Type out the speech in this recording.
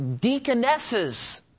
deaconesses